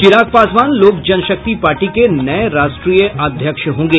चिराग Paswan Lok Janshakti party के नये राष्ट्रीय अध्यक्ष होंगे